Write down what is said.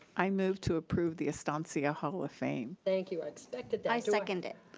i move to approve the estancia hall of fame. thank you. i expected that. i second it.